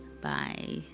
Bye